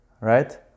right